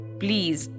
please